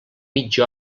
mitja